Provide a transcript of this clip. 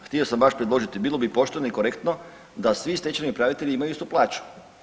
Htio sam baš predložiti, bilo bi pošteno i korektno da svi stečajni upravitelji imaju istu plaću.